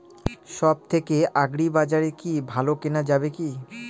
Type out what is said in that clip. সব থেকে আগ্রিবাজারে কি ভালো কেনা যাবে কি?